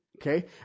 Okay